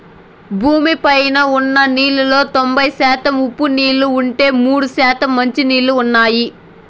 భూమి పైన ఉన్న నీళ్ళలో తొంబై శాతం ఉప్పు నీళ్ళు ఉంటే, మూడు శాతం మంచి నీళ్ళు ఉన్నాయి